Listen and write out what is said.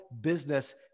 business